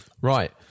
right